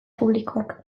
publikoak